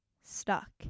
stuck